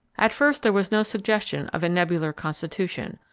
at first there was no suggestion of a nebular constitution,